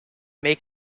may